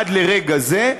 עד לרגע זה,